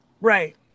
Right